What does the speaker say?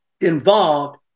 involved